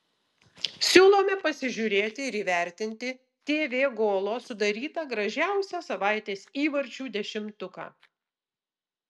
siūlome pasižiūrėti ir įvertinti tv golo sudarytą gražiausią savaitės įvarčių dešimtuką